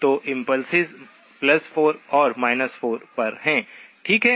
तो इम्पुल्सेस 4 और 4 पर हैं ठीक है